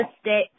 stay